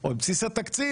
או את בסיס התקציב,